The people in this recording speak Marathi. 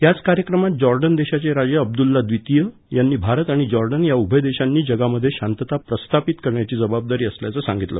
याच कार्यक्रमात जॉर्डन देशाचे राजे अब्दुल्ला द्वितिय यांनी भारत आणि जॉर्डन या उभय देशांनी जगामध्ये शांतता प्रस्थापित करण्याची जबाबदारी उचलल्याचं सांगितलं